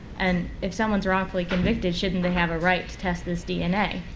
and if someone's wrongfully convicted shouldn't they have a right to test this dna?